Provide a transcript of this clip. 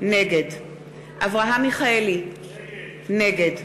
נגד אברהם מיכאלי, נגד